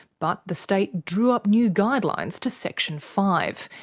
but the state drew up new guidelines to section five,